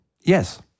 Yes